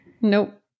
Nope